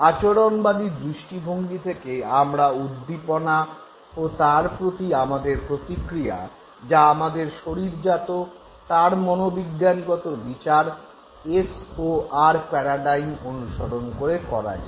আচরণবাদী দৃষ্টিভঙ্গি থেকে আমরা উদ্দীপনা ও তার প্রতি আমাদের প্রতিক্রিয়া যা আমাদের শরীরজাত তার মনোবিজ্ঞানগত বিচার এস ও আর প্যারাডাইম অনুসরণ করে করা যায়